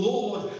Lord